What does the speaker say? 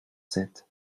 sept